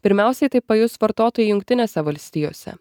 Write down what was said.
pirmiausiai tai pajus vartotojai jungtinėse valstijose